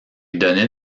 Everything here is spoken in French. donnait